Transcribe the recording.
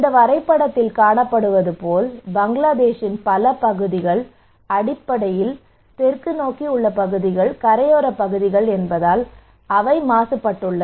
வரைபடத்தில் காணப்படுவது போல் பங்களாதேஷின் பல பகுதிகள் அடிப்படையில் தெற்குப் பகுதியில் உள்ள கரையோரப் பகுதிகள் என்பதால் அவை மாசுபட்டுள்ளன